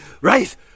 Right